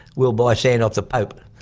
we'll buy sand off the pope.